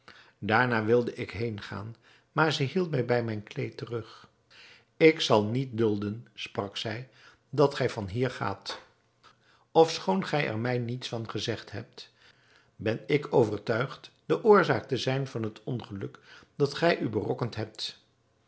daarna wilde ik heengaan maar zij hield mij bij mijn kleed terug ik zal niet dulden sprak zij dat gij van hier gaat ofschoon gij er mij niets van gezegd hebt ben ik overtuigd de oorzaak te zijn van het ongeluk dat gij u berokkend hebt